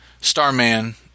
Starman